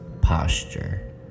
posture